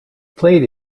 played